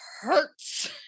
hurts